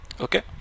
okay